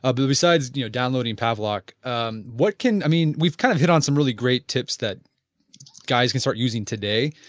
ah but besides you know downloading pavlok um what can, i mean, we've kind of heard on some really great tips that guys can start using today,